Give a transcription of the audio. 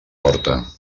horta